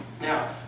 Now